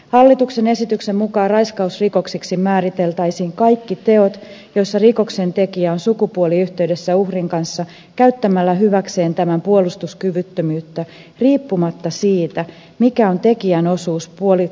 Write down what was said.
hallituksen esityksen mukaan raiskausrikoksiksi määriteltäisiin kaikki teot joissa rikoksen tekijä on sukupuoliyhteydessä uhrin kanssa käyttämällä hyväkseen tämän puolustuskyvyttömyyttä riippumatta siitä mikä on tekijän osuus puolustuskyvyttömyyden syntyyn